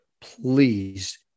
Please